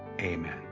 amen